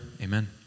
Amen